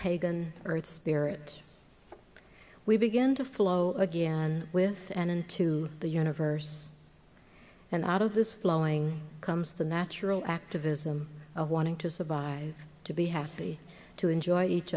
pagan earth spirit we begin to flow again with and into the universe and out of this flowing comes the natural activism of wanting to survive to be happy to enjoy each